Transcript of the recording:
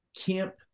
camp